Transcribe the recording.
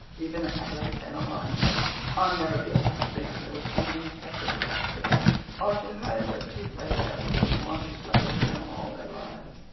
even alex and alonzo i'll never be able to think of those two names separately after this are to her just two playfellows who want her to play with them all their lives.